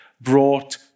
brought